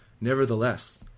nevertheless